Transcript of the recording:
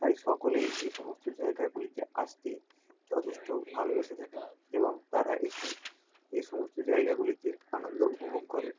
তাই সকলেই এসমস্ত জায়গাগুলিতে আসতে যথেষ্ট ভালোবেসে থাকেন এবং তারা এসে এই সমস্ত জায়গাগুলিতে আনন্দ উপভোগ করে